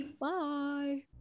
Bye